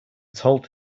told